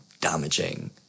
damaging